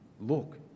Look